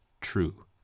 true